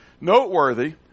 Noteworthy